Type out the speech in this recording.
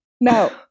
No